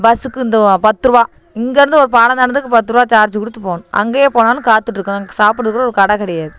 பஸ்ஸுக்கு இந்த பத்து ரூவா இங்கேருந்து ஒரு பாலம் தாண்டுறதுக்கு பத்து ரூவா சார்ஜு கொடுத்து போகணும் அங்கேயே போனாலும் காத்துகிட்ருக்கணும் அங்கே சாப்பிடக்கூட ஒரு கடை கிடையாது